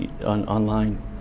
online